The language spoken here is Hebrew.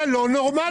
זה לא נורמלי.